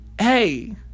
hey